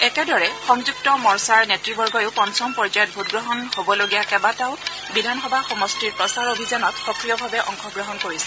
একেদৰে সংযুক্ত মৰ্চাৰ নেতৃবগহিও পঞ্চম পৰ্যায়ত ভোটগ্ৰহণ হ'বলগীয়া কেইবাটাও বিধানসভা সমষ্টিৰ প্ৰচাৰ অভিযানত সক্ৰিয়ভাৱে অংশগ্ৰহণ কৰিছে